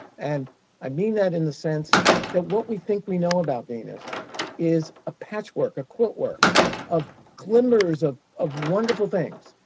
and i mean that in the sense that what we think we know about venus is a patchwork, a quilt work of glimmers of of wonderful things,